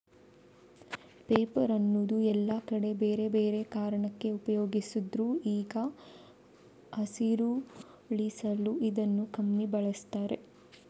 paper ಅನ್ನುದನ್ನ ಎಲ್ಲಾ ಕಡೆ ಬೇರೆ ಬೇರೆ ಕಾರಣಕ್ಕೆ ಉಪಯೋಗಿಸ್ತಿದ್ರು ಈಗ ಹಸಿರುಳಿಸಲು ಇದನ್ನ ಕಮ್ಮಿ ಬಳಸ್ತಾರೆ